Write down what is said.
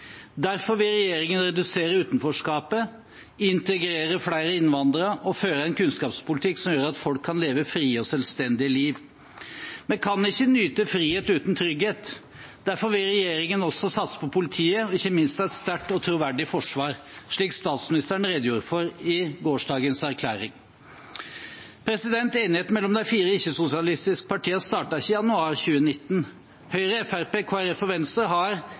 Derfor vil regjeringen redusere utenforskapet, integrere flere innvandrere og føre en kunnskapspolitikk som gjør at folk kan leve frie og selvstendige liv. Vi kan ikke nyte frihet uten trygghet. Derfor vil regjeringen også satse på politiet, og ikke minst et sterkt og troverdig forsvar, slik statsministeren redegjorde for i gårsdagens erklæring. Enigheten mellom de fire ikke-sosialistiske partiene startet ikke i januar 2019. Høyre, Fremskrittspartiet, Kristelig Folkeparti og Venstre har